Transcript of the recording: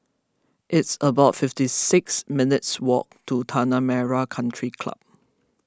it's about fifty six minutes' walk to Tanah Merah Country Club